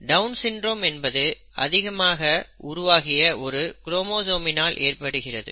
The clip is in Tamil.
டவுன் சிண்ட்ரோம் என்பது அதிகமாக உருவாக்கிய ஒரு குரோமோசோமினால் ஏற்படுகிறது